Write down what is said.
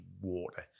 water